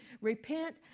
Repent